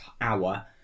hour